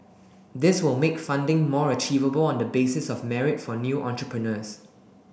this will make funding more achievable on the basis of merit for new entrepreneurs